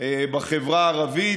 בחברה הערבית,